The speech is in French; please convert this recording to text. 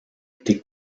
été